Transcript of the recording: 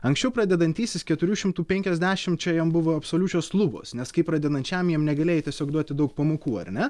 anksčiau pradedantysis keturių šimtų penkiasdešimt čia jam buvo absoliučios lubos nes kaip pradedančiajam jam negalėjai tiesiog duoti daug pamokų ar ne